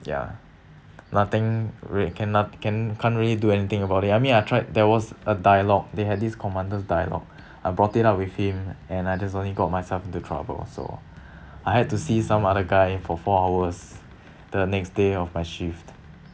ya nothing real can none can can't really do anything about it I mean I tried there was a dialogue they had this commander's dialogue I brought it up with him and I just only got myself into trouble so I had to see some other guy for four hours the next day of my shift